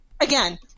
again